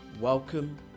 Welcome